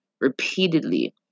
repeatedly